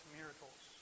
miracles